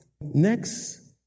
Next